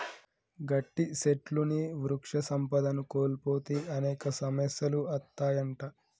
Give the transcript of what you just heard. గట్టి సెట్లుని వృక్ష సంపదను కోల్పోతే అనేక సమస్యలు అత్తాయంట